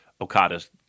Okada's